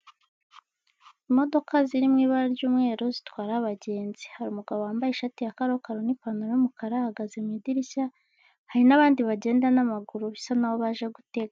Imodoka ziri mu ibara ry'umweru zitwara abagenzi, hari umugabo wambaye ishati ya karokaro n’ipantaro y’umukara ahagaze mu idirishya, hari n'abandi bagenda n'amaguru bisa naho baje gutega.